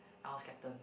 I was captain